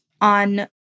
on